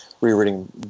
rereading